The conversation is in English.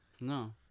No